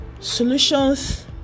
solutions